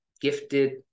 gifted